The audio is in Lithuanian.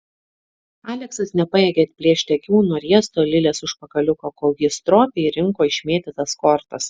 aleksas nepajėgė atplėšti akių nuo riesto lilės užpakaliuko kol ji stropiai rinko išmėtytas kortas